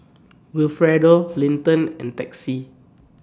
Wilfredo Linton and Texie